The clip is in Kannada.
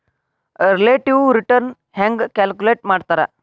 ರಿಲೇಟಿವ್ ರಿಟರ್ನ್ ಹೆಂಗ ಕ್ಯಾಲ್ಕುಲೇಟ್ ಮಾಡ್ತಾರಾ